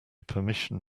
permission